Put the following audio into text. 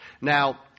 Now